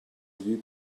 you